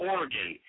Oregon